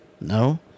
No